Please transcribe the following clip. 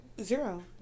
Zero